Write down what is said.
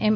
એમ